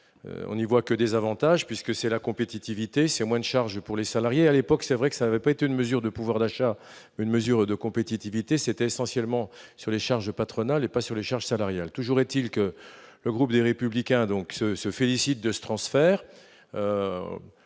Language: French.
on y voit que des avantages, puisque c'est la compétitivité c'est moines pour les salariés, à l'époque, c'est vrai que ça peut être une mesure de pouvoir d'achat, une mesure de compétitivité, c'est essentiellement sur les charges patronales et pas sur les charges salariales, toujours est-il que le groupe des Républicains, donc, se félicite de ce transfert,